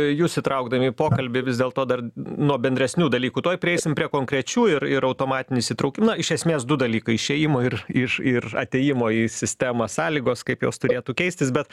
jus įtraukdami į pokalbį vis dėlto dar nuo bendresnių dalykų tuoj prieisim prie konkrečių ir ir automatinis įtraukim na iš esmės du dalykai išėjimo ir ir ir atėjimo į sistemą sąlygos kaip jos turėtų keistis bet